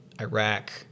Iraq